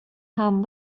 han